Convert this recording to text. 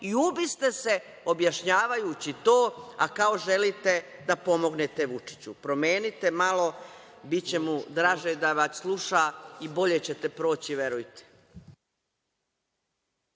i ubiste se objašnjavajući to, a kao želite da pomognete Vučiću. Promenite malo, biće mu draže da vas sluša i bolje ćete proći, verujte.